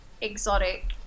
Exotic